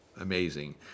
amazing